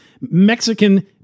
Mexican